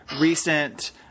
recent